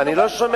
אני לא שומע.